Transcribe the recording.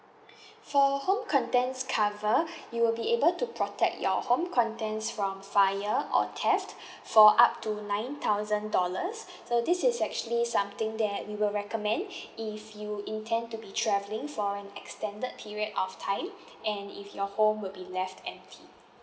for home contents cover you'll be able to protect your home contents from fire or theft for up to nine thousand dollars so this is actually something that we will recommend if you intend to be travelling for an extended period of time and if your home will be left empty